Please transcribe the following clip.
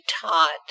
taught